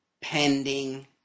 pending